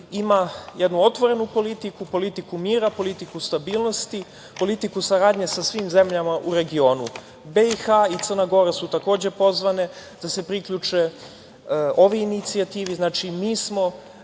ima jednu otvorenu politiku, politiku mira, politiku stabilnosti, politiku saradnje sa svim zemljama u regionu. Bosna i Hercegovina i Crna Gora su takođe pozvane da se priključe ovoj inicijativi, znači, mi smo